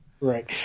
Right